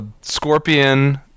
Scorpion